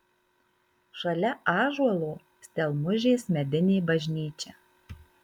šalia ąžuolo stelmužės medinė bažnyčia